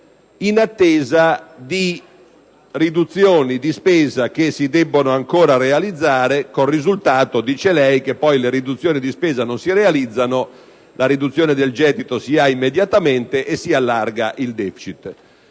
in attesa di riduzioni di spesa che si devono ancora realizzare, con il risultato, secondo quanto lei sostiene, che le riduzioni di spesa poi non si realizzano, la riduzione del gettito si ha immediatamente e si allarga il deficit.